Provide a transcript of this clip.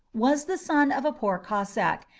was the son of a poor cossack,